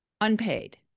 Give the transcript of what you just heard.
unpaid